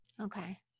Okay